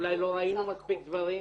אולי לא ראינו מספיק דברים?